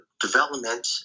development